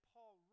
Paul